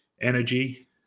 energy